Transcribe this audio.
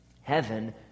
Heaven